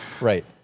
Right